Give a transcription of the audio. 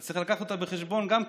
אז צריך לקחת גם אותה בחשבון כעיר